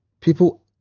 people